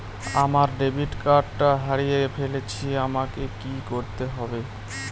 আমার ডেবিট কার্ডটা হারিয়ে ফেলেছি আমাকে কি করতে হবে?